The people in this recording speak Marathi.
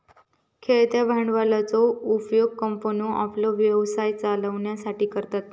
खेळत्या भांडवलाचो उपयोग कंपन्ये आपलो व्यवसाय चलवच्यासाठी करतत